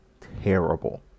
terrible